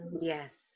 Yes